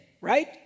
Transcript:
right